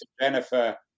Jennifer